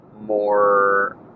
more